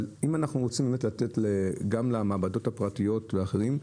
אבל אם אנחנו רוצים לתת גם למעבדות הפרטיות ולאחרים,